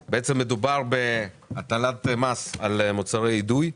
מדובר בהטלת מס על מוצר אידוי,